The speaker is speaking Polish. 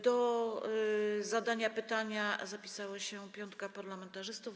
Do zadania pytania zapisała się piątka parlamentarzystów.